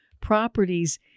properties